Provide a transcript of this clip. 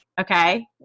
Okay